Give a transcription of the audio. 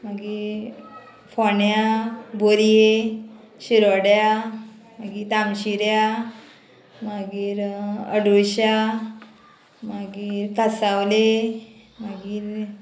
मागीर फोण्या बोरये शिरोड्या मागीर तामशिऱ्या मागीर अडुळशा मागीर कांसावले मागीर